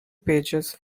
pages